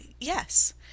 yes